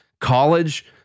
college